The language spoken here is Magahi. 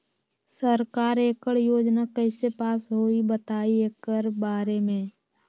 सरकार एकड़ योजना कईसे पास होई बताई एकर बारे मे?